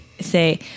say